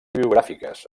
biogràfiques